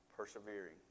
persevering